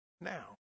now